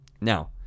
Now